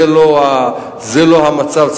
זה לא צריך להיות המצב.